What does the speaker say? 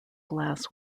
glass